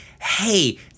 hey